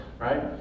right